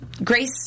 Grace